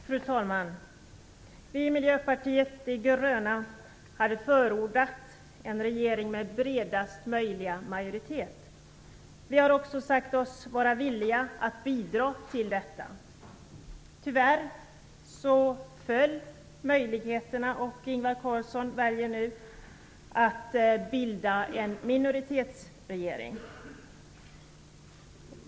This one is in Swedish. Fru talman! Vi i Miljöpartiet de gröna hade förordat en regering med bredast möjliga majoritet. Vi har också sagt oss vara villiga att bidra till detta. Tyvärr föll möjligheterna, och Ingvar Carlsson väljer nu att bilda en minoritetsregering.